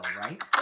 right